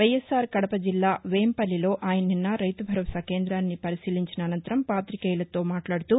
వైఎస్ఆర్ కడప జిల్లా వేంపల్లిలో ఆయన నిస్న రైతు భరోసా కేంద్రాన్ని పరిశీలించి అనంతరం పాతికేయులతో మాట్లాడుతూ